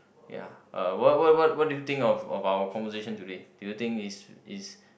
ya uh what what what what do you think of of our the conversation today do you think is is